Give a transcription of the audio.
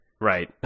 right